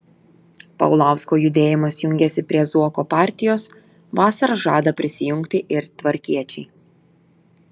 paulausko judėjimas jungiasi prie zuoko partijos vasarą žada prisijungti ir tvarkiečiai